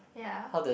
ya